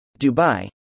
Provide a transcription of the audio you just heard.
Dubai